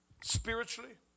Spiritually